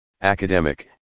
academic